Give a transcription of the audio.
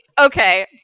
okay